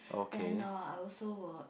then uh I also will